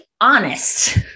honest